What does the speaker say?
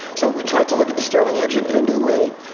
so we tried to look at the stirling engine in a new way,